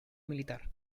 militar